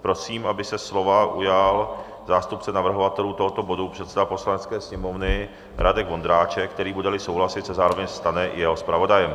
Prosím, aby se slova ujal zástupce navrhovatelů tohoto bodu, předseda Poslanecké sněmovny Radek Vondráček, který, budeli souhlasit, se zároveň stane i jeho zpravodajem.